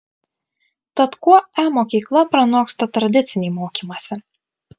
tad kuo e mokykla pranoksta tradicinį mokymąsi